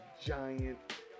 giant